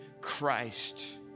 Christ